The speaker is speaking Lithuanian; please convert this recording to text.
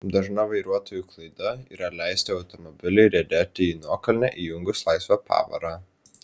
dažna vairuotojų klaida yra leisti automobiliui riedėti į nuokalnę įjungus laisvą pavarą